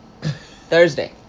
Thursday